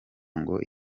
ngo